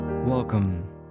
Welcome